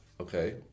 Okay